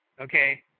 okay